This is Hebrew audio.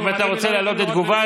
אם אתה רוצה לעלות לתגובה,